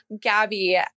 Gabby